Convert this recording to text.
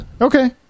okay